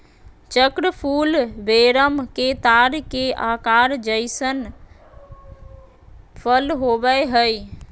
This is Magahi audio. चक्र फूल वेरम के तार के आकार जइसन फल होबैय हइ